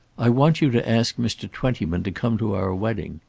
i want you to ask mr. twentyman to come to our wedding.